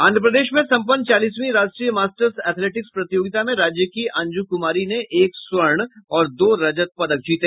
आंध्र प्रदेश में सम्पन्न चालीसवीं राष्ट्रीय मास्टर्स एथलेटिक्स प्रतियोगिता में राज्य की अंजू कुमारी ने एक स्वर्ण और दो रजत पदक जीते